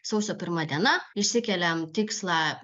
sausio pirma diena išsikeliam tikslą